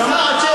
נשמה,